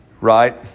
right